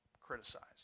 criticized